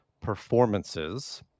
performances